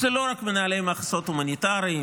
אלה לא רק מנהלי מחסות הומניטריים,